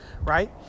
right